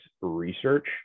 research